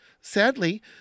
Sadly